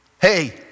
Hey